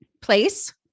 place